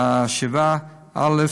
והשבעה: א.